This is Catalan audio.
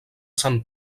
sant